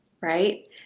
right